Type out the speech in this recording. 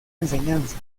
enseñanza